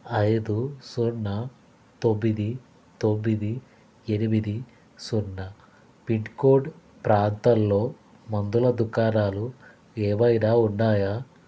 ఐదు సున్నా తొమ్మిది తొమ్మిది ఎనిమిది సున్నా పిన్ కోడ్ ప్రాంతంలో మందుల దుకాణాలు ఏమైనా ఉన్నాయా